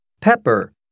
Pepper